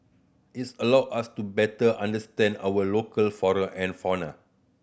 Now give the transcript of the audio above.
its allow us to better understand our local flora and fauna